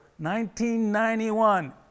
1991